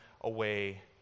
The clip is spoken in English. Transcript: away